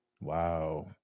Wow